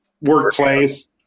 workplace